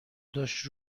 داشت